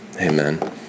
Amen